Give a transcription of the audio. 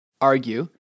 argue